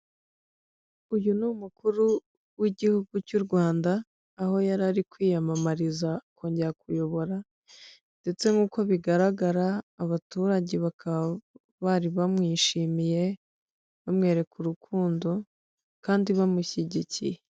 Uyu ni umukuru w'igihugu cy'u Rwanda aho yari ari kwiyamamariza kongera kuyobora ndetse nk'uko bigaragara abaturageba bakaba bari bamwishimiye bamwereka urukundo kandi bamushyigikiye.